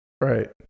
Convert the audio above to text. Right